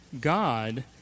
God